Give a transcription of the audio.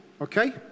okay